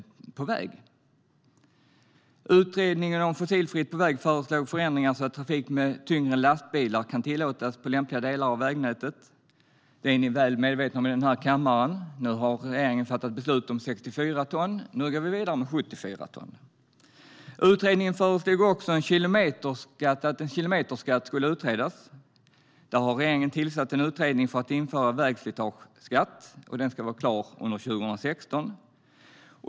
Utredningen om fossilfrihet på väg föreslog förändringar så att trafik med tyngre lastbilar kan tillåtas på lämpliga delar av vägnätet. Ni är väl medvetna om i den här kammaren att regeringen har fattat beslut om att tillåta 64 ton, och nu går vi vidare med 74 ton. Utredningen föreslog också att en kilometerskatt skulle utredas. Regeringen har tillsatt en utredning om att införa en vägslitageskatt, och den ska vara klar under 2016.